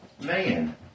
man